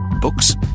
books